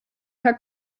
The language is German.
herr